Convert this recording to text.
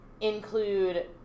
include